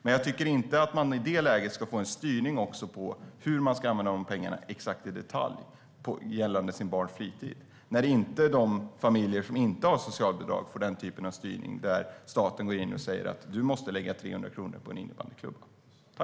Men jag tycker inte att man i det läget ska få en styrning på hur man exakt i detalj ska använda pengarna gällande sitt barns fritid. De familjer som inte har socialbidrag får inte den typen av styrning där staten går in och säger: Du måste lägga 300 kronor på en innebandyklubba.